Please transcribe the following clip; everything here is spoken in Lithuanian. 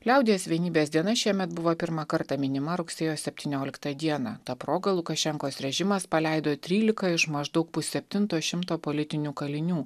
liaudies vienybės diena šiemet buvo pirmą kartą minima rugsėjo septynioliktą dieną ta proga lukašenkos režimas paleido trylika iš maždaug pusseptinto šimto politinių kalinių